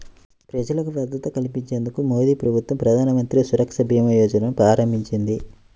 ప్రజలకు భద్రత కల్పించేందుకు మోదీప్రభుత్వం ప్రధానమంత్రి సురక్షభీమాయోజనను ప్రారంభించింది